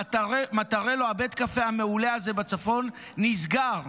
מטרלו, בית הקפה המעולה הזה בצפון, נסגר.